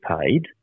paid